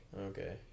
Okay